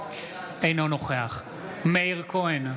אינו נוכח מאיר כהן,